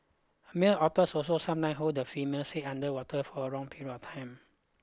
male otters also sometimes hold the female's head under water for a long period of time